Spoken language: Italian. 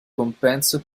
compenso